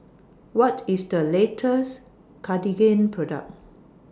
What IS The latest Cartigain Product